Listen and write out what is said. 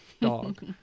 dog